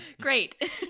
Great